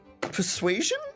Persuasion